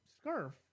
scarf